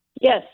Yes